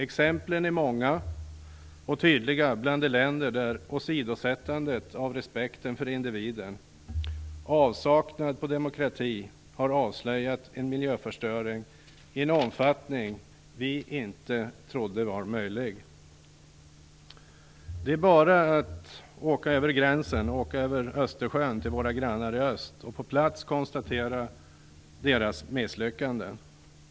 Exemplen är många och tydliga bland de länder där åsidosättandet av respekten för individen och avsaknaden av demokrati har avslöjat en miljöförstöring i en omfattning som vi inte trodde var möjlig. Det är bara att åka över gränsen, över Östersjön, till våra grannar i öst. Där kan man på plats konstatera deras misslyckanden.